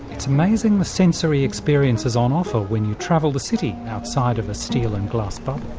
it's amazing. the sensory experiences on offer when you travel the city outside of a steel and glass bubble.